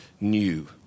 new